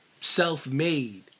Self-made